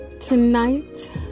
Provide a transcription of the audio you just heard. Tonight